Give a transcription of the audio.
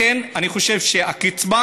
לכן אני חושב שהקצבה